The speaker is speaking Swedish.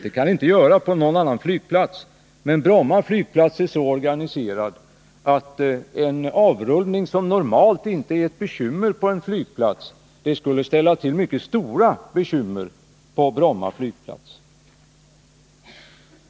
Det kan inte hända på någon annan flygplats av Brommas storlek, men Bromma flygplats är så organiserad att en avrullning som normalt inte är ett bekymmer på en flygplats skulle ställa till mycket stora bekymmer på Bromma flygplats.